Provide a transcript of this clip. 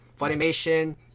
Funimation